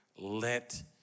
let